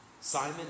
Simon